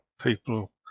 people